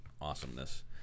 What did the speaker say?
Awesomeness